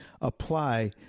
apply